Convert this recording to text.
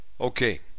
Okay